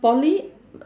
poly